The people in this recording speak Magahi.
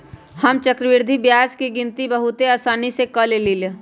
हम चक्रवृद्धि ब्याज के गिनति बहुते असानी से क लेईले